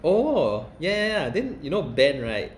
oh ya ya ya then you know ben